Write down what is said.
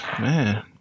Man